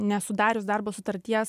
nesudarius darbo sutarties